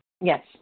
Yes